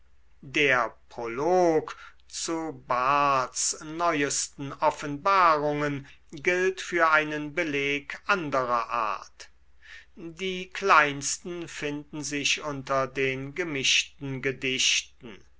der prolog zu bahrdts neuesten offenbarungen gilt für einen beleg anderer art die kleinsten finden sich unter den gemischten gedichten